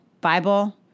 Bible